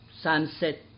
sunset